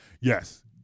yes